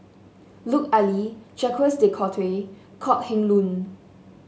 Lut Ali Jacques De Coutre Kok Heng Leun